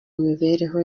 mibereho